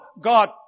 God